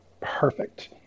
perfect